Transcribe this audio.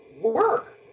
work